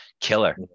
killer